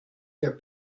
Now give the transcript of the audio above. their